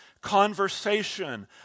conversation